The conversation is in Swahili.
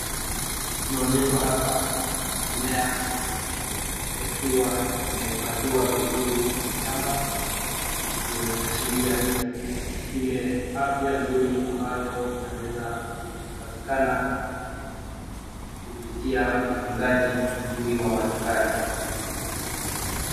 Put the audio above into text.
Tunaonyeshwa hapa mimea yakiwa yamepangiwa vizuri kwenye shamba, ikiashiria tu ile afya nzuri ambayo inaweza kupatikana kupitia utunzaji mzuri wa mazingira.